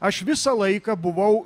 aš visą laiką buvau